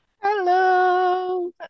Hello